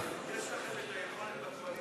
יש לכם היכולת בקואליציה לעשות דבר כזה,